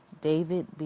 David